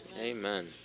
Amen